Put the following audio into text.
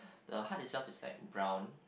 the heart itself is like brown